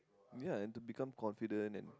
ya and to become confident and